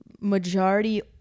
majority